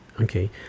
Okay